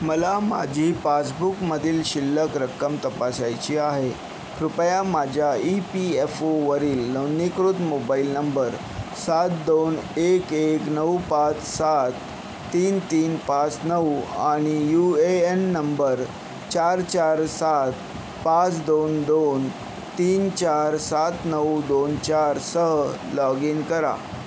मला माझी पासबुकमधील शिल्लक रक्कम तपासायची आहे कृपया माझ्या ई पी एफ ओवरील नोंदणीकृत मोबाईल नंबर सात दोन एक एक नऊ पाच सात तीन तीन पाच नऊ आणि यू ए एन नंबर चार चार सात पाच दोन दोन तीन चार सात नऊ दोन चारसह लॉग इन करा